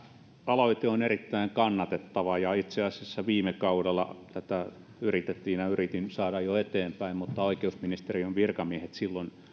aloite on erittäin kannatettava ja itse asiassa viime kaudella tätä yritettiin ja yritin jo saada eteenpäin mutta oikeusministeriön virkamiehet silloin